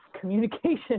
communication